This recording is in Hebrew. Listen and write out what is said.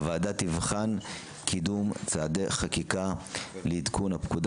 הוועדה תבחן קידום צעדי חקיקה לעדכון הפקודה